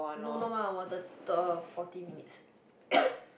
no not one hour thir~ thir~ forty minutes